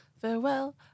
farewell